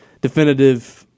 definitive